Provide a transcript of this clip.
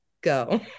go